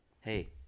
hey